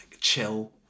chill